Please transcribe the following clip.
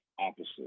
opposite